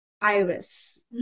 iris